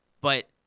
but-